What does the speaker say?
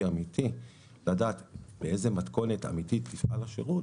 אמתי לדעת באיזו מתכונת אמתית יפעל השירות,